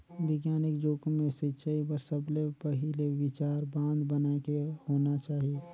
बिग्यानिक जुग मे सिंचई बर सबले पहिले विचार बांध बनाए के होना चाहिए